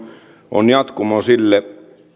on jatkumo sille